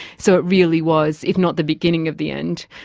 so it really was if not the beginning of the end,